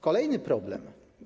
Kolejny problem.